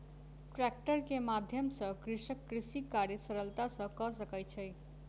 tractor के माध्यम सॅ कृषक कृषि कार्य सरलता सॅ कय सकै छै